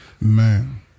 Man